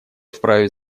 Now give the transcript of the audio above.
вправе